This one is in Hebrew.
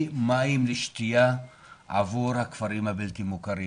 מים לשתייה עבור הכפרים הבלתי מוכרים.